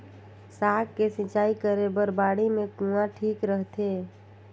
साग के सिंचाई करे बर बाड़ी मे कुआँ ठीक रहथे?